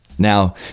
Now